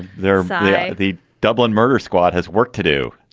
there the dublin murder squad has work to do.